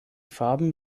farben